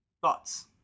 Thoughts